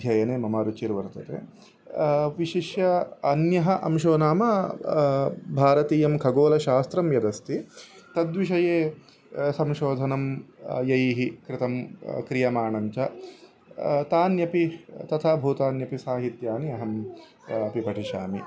अध्ययने मम रुचिः वर्तते विशिष्यः अन्यः अंशो नाम भारतीयं खगोलशास्त्रं यदस्ति तद्विषये संशोधनं यैः कृतं क्रियमाणं च तान्यपि तथा भूतान्यपि साहित्यानि अहम् अपि पठिष्यामि